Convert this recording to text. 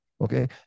Okay